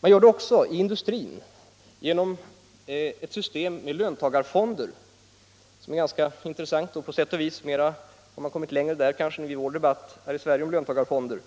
Man gör det också i industrin genom ett system med löntagarfonder som är intressant. På sätt och vis har man kommit längre där än vi har i vår debatt här i Sverige om löntagarfonder.